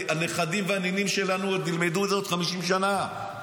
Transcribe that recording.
הנכדים והנינים שלנו עוד ילמדו בעוד 50 שנה.